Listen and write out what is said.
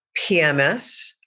PMS